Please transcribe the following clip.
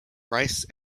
rice